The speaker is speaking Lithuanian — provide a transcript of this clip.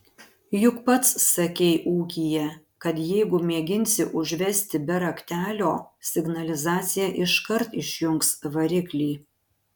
juk pats sakei ūkyje kad jeigu mėginsi užvesti be raktelio signalizacija iškart išjungs variklį